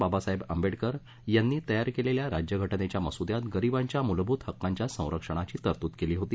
बाबासाहेब आंबेडकर यांनी तयार केलेल्या राज्यघटनेच्या मसुद्यात गरिबांच्या मुलभूत हक्कांच्या संरक्षणाची तरतूद केली होती